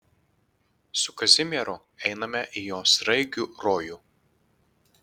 su kazimieru einame į jo sraigių rojų